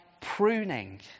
pruning